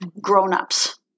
grownups